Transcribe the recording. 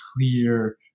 clear